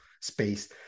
space